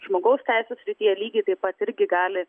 žmogaus teisių srityje lygiai taip pat irgi gali